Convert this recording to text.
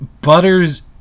Butters